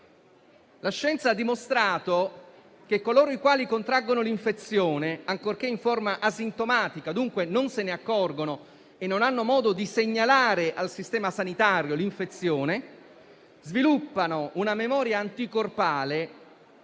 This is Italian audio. La scienza ha dimostrato che coloro i quali contraggono l'infezione, ancorché in forma asintomatica (dunque non se ne accorgono e non hanno modo di segnalarlo al sistema sanitario), sviluppano una memoria anticorpale